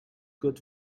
good